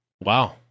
wow